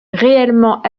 réellement